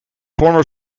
former